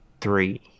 three